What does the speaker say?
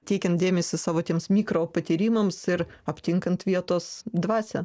teikiant dėmesį savo tiems mikropatyrimams ir aptinkant vietos dvasią